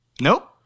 Nope